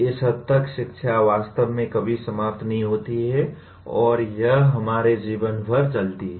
इस हद तक शिक्षा वास्तव में कभी समाप्त नहीं होती है और यह हमारे जीवन भर चलती है